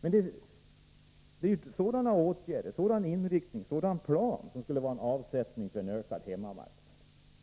Det är sådana åtgärder, en sådan inriktning, en sådan plan som skulle innebära avsättning på en ökad hemmamarknad.